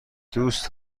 دوست